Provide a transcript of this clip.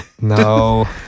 No